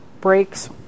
breaks